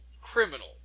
criminal